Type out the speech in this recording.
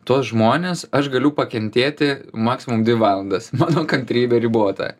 tuos žmones aš galiu pakentėti maksimum dvi valandas mano kantrybė ribota